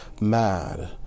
mad